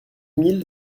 mille